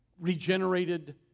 regenerated